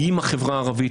היא עם החברה הערבית,